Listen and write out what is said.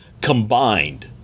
combined